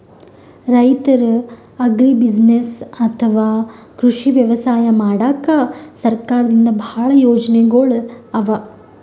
ರೈತರ್ ಅಗ್ರಿಬುಸಿನೆಸ್ಸ್ ಅಥವಾ ಕೃಷಿ ವ್ಯವಸಾಯ ಮಾಡಕ್ಕಾ ಸರ್ಕಾರದಿಂದಾ ಭಾಳ್ ಯೋಜನೆಗೊಳ್ ಅವಾ